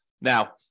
Now